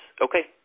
Okay